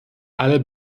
alle